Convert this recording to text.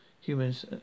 humans